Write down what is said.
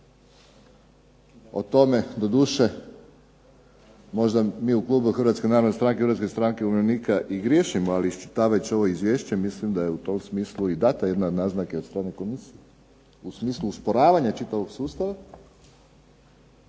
O tome doduše možda mi u klubu Hrvatske narodne stranke - Hrvatske stranke umirovljenika i griješimo, ali iščitavajući ovo izvješće mislim da je u tom smislu i dana jedna naznaka od strane komisije, u smislu usporavanja čitavog sustava